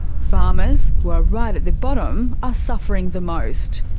farmers, who are right at the bottom, are suffering the most.